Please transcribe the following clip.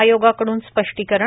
आयोगाकडून स्पष्टीकरण